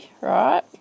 right